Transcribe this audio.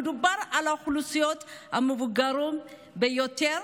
מדובר על האוכלוסיות המבוגרות ביותר,